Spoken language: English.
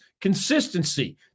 consistency